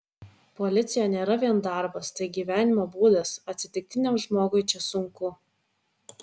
policija nėra vien darbas tai gyvenimo būdas atsitiktiniam žmogui čia sunku